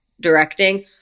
directing –